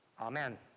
Amen